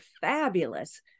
fabulous